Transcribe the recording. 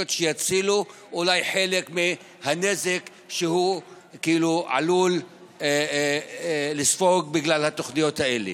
שיצילו אולי מחלק מהנזק שהוא עלול לספוג בגלל התוכניות האלה.